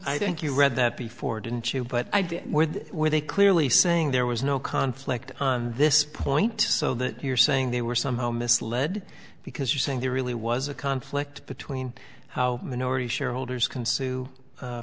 think you read that before didn't you but where they clearly saying there was no conflict on this point so that you're saying they were somehow misled because you're saying there really was a conflict between how minority shareholders can sue